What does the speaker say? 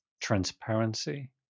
transparency